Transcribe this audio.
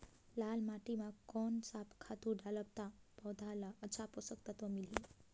लाल माटी मां कोन सा खातु डालब ता पौध ला अच्छा पोषक तत्व मिलही?